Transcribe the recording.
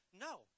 no